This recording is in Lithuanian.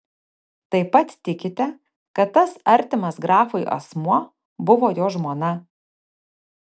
taip pat tikite kad tas artimas grafui asmuo buvo jo žmona